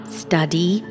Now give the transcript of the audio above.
study